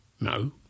No